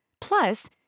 Plus